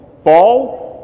fall